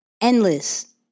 Endless